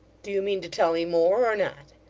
do you mean to tell me more, or not